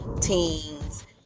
teens